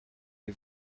les